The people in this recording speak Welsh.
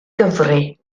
gyfrif